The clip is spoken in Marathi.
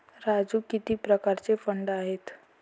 राजू किती प्रकारचे फंड आहेत?